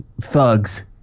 thugs